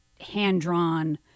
hand-drawn